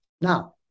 Now